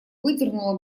выдернула